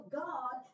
god